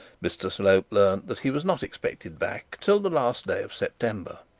mr slope learnt that he was not expected back till the last day of september.